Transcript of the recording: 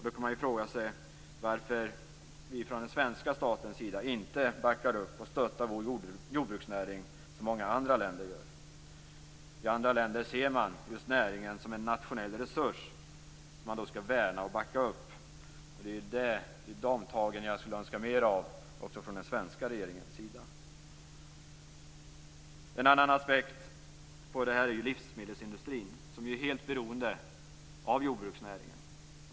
Då kan man fråga sig varför vi från den svenska statens sida inte backar upp och stöttar vår jordbruksnäring som många andra länder gör. I andra länder ser man näringen som en nationell resurs som man skall värna och backa upp, och det är de tagen jag skulle önska mer av också från den svenska regeringens sida. En annan aspekt på det här är ju livsmedelsindustrin, som ju är helt beroende av jordbruksnäringen.